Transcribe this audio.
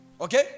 okay